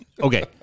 okay